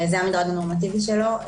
זה המדרג הנורמטיבי שלו.